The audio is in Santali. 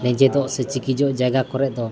ᱞᱮᱸᱡᱮᱫᱚᱜ ᱥᱮ ᱪᱤᱠᱤᱡᱚᱜ ᱡᱟᱭᱜᱟ ᱠᱚᱨᱮ ᱫᱚ